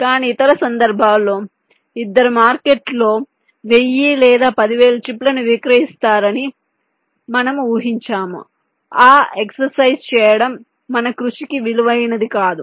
కానీ ఇతర సందర్భాల్లో ఇద్దరు మార్కెట్లో 1000 లేదా 10000 చిప్లను విక్రయిస్తారని మనము ఊహించాము ఆ ఎక్సర్సైజ్ చేయడం మన కృషికి విలువైనది కాదు